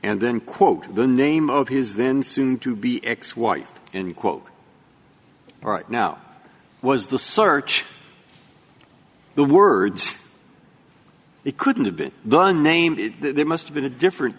and then quote the name of his then soon to be ex wife and quote right now was the search the words they couldn't have been the name they must have been a different